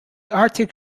arctic